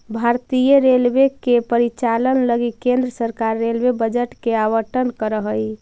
भारतीय रेलवे के परिचालन लगी केंद्र सरकार रेलवे बजट के आवंटन करऽ हई